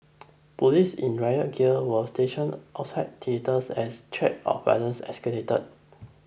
police in riot gear were stationed outside theatres as threats of violence escalated